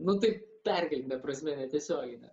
nu taip perkeltine prasme netiesiogine